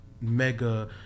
Mega